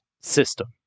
system